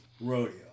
rodeo